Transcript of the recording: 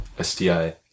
STI